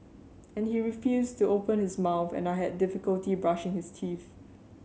and he refused to open his mouth and I had difficulty brushing his teeth